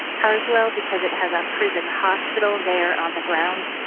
carswell, because it has a prison hospital there on the grounds,